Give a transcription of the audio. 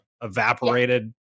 evaporated